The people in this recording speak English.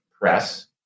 Press